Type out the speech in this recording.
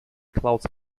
clouds